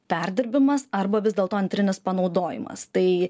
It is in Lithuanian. perdirbimas arba vis dėlto antrinis panaudojimas tai